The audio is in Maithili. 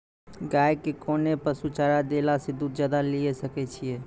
गाय के कोंन पसुचारा देला से दूध ज्यादा लिये सकय छियै?